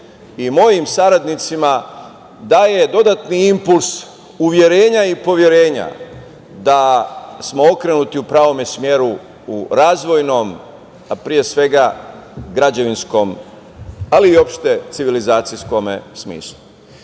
i mojim saradnicima daje dodatni impuls uverenja i poverenja da smo okrenuti u pravom smeru u razvojnom, a pre svega građevinskom, ali opšte civilizacijskom smislu. Dakle,